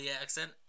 accent